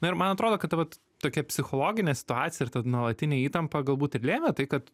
ir man atrodo kad tai vat tokia psichologinė situacija ir nuolatinė įtampa galbūt ir lėmė tai kad